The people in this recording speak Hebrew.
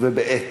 ובעט,